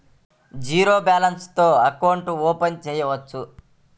Zero balance తో account open చేయవచ్చు?